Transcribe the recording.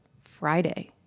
friday